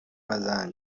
بزن